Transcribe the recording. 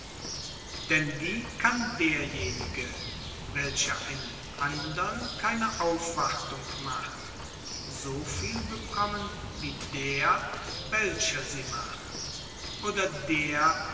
denn wie kann derjenige welcher einem andern keine aufwartung macht so viel bekommen wie der welcher sie macht oder der